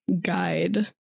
guide